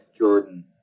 Jordan